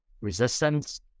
resistance